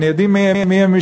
אנחנו יודעים מי משפחותיהם.